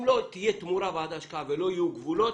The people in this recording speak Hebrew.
אם לא תהיה תמורה בעד ההשקעה ולא יהיו גבולות,